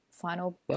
final